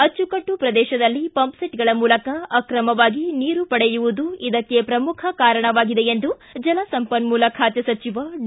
ಅಚ್ಚುಕಟ್ಟು ಪ್ರದೇಶದಲ್ಲಿ ಪಂಪ್ಸೆಟ್ಗಳ ಮೂಲಕ ಆಕ್ರಮವಾಗಿ ನೀರು ಪಡೆಯುವದು ಇದಕ್ಕೆ ಪ್ರಮುಖ ಕಾರಣವಾಗಿದೆ ಎಂದು ಜಲಸಂಪನ್ನೂಲ ಖಾತೆ ಸಚಿವ ಡಿ